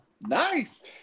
Nice